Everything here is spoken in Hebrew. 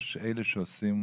יש את אלה שעושים,